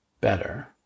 better